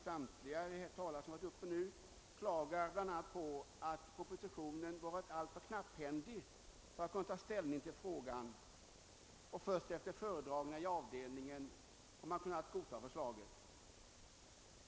Samtliga de talare som här framträtt klagar över att propositionen varit alltför knapphändig för att man skulle kunna ta ställning till frågan; det är först efter föredragningar i avdelningen man har kunnat godta förslaget.